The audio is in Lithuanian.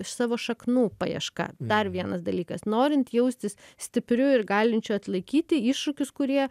savo šaknų paieška dar vienas dalykas norint jaustis stipriu ir galinčiu atlaikyti iššūkius kurie